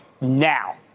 now